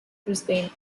brisbane